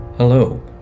Hello